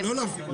לא להפריע.